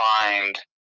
find